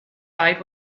died